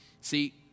See